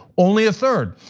only a third.